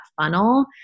funnel